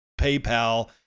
paypal